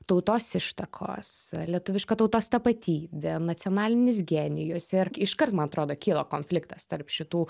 tautos ištakos lietuviška tautos tapatybė nacionalinis genijus ir iškart man atrodo kilo konfliktas tarp šitų